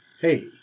hey